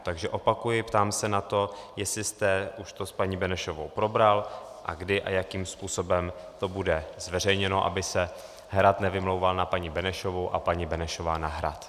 Takže opakuji ptám se na to, jestli jste to už s paní Benešovou probral a kdy a jakým způsobem to bude zveřejněno, aby se Hrad nevymlouval na paní Benešovou a paní Benešová na Hrad.